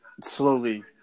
slowly